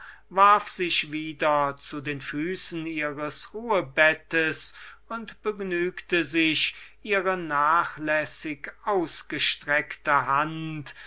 warf sich wieder zu den füßen ihres ruhebettes und begnügte sich ihre nachlässig ausgestreckte hand